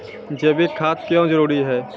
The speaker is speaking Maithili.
जैविक खाद क्यो जरूरी हैं?